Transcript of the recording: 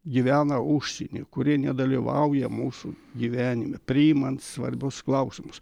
gyvena užsieny kurie nedalyvauja mūsų gyvenime priimant svarbius klausimus